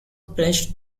pledged